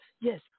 Yes